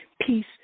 peace